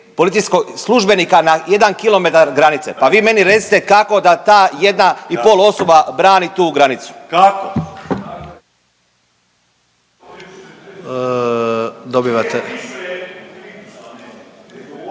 policijskog službenika na 1 km granice, pa vi meni recite kako da ta 1,5 osoba brani tu granicu? …/Upadica